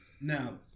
Now